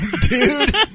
dude